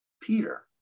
Peter